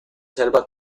selva